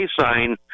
Sign